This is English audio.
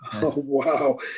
wow